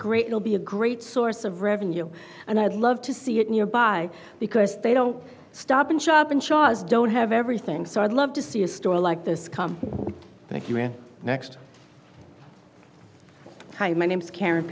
great it'll be a great source of revenue and i'd love to see it nearby because they don't stop and shop and shahs don't have everything so i'd love to see a store like this come thank you next time my name is karen